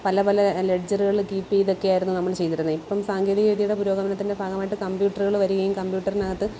പല പല ലെഡ്ജറുകളിൽ കീപ്പ് ചെയ്തുമൊക്കെ ആറ്റയിരുന്നു നമ്മൾ ചെയ്തിരുന്നത് ഇപ്പം സാങ്കേതിക വിദ്യയുടെ പുരോഗമനത്തിൻ്റെ ഭാഗമായിട്ട് കമ്പ്യൂട്ടറുകൾ വരികയും കമ്പ്യൂട്ടറിനകത്ത്